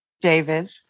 David